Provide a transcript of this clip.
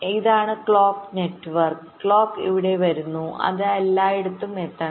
ഇതാണ് clock network clock ഇവിടെ വരുന്നു അത് എല്ലായിടത്തും എത്തണം